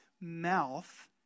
mouth